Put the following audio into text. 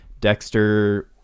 Dexter